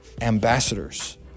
ambassadors